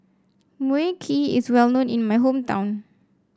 Mui Kee is well known in my hometown